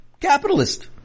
capitalist